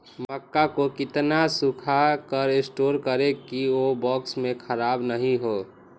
मक्का को कितना सूखा कर स्टोर करें की ओ बॉक्स में ख़राब नहीं हो?